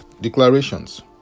declarations